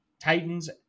Titans